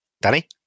Danny